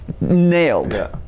nailed